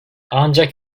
ancak